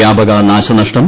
വ്യാപക നാശനഷ്ടം